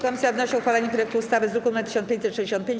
Komisja wnosi o uchwalenie projektu ustawy z druku nr 1565.